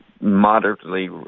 moderately